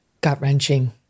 gut-wrenching